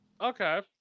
Okay